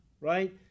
right